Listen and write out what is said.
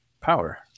power